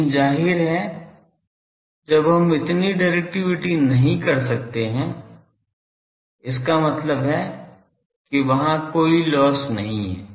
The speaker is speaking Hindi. लेकिन जाहिर है जब हम इतनी डिरेक्टिविटी नहीं कर सकते हैं इसका मतलब है कि वहाँ कोई लॉस नहीं हैं